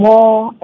More